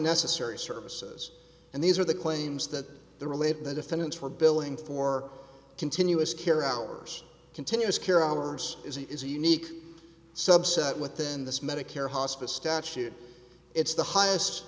unnecessary services and these are the claims that the relayed the defendants were billing for continuous care hours continuous care hours is a is a unique subset within this medicare hospice statute it's the highest